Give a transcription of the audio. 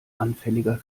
anfälliger